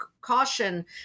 caution